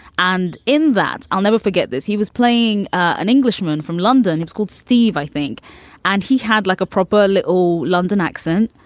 and in that i'll never forget this, he was playing an englishman from london. it's called steve, i think and he had like a proper little london accent.